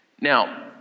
Now